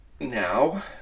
Now